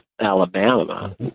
Alabama